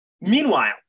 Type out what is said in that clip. meanwhile